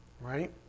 right